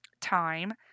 time